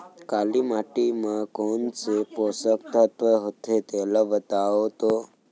काली माटी म कोन से पोसक तत्व होथे तेला बताओ तो?